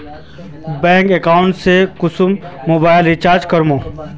Bank account से कुंसम mobile recharge होचे?